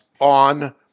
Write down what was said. on